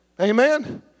Amen